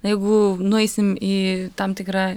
jeigu nueisim į tam tikrą